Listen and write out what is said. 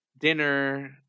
dinner